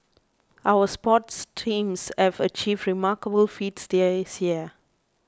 our sports teams have achieved remarkable feats this year